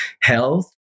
health